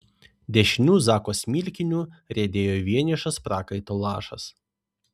dešiniu zako smilkiniu riedėjo vienišas prakaito lašas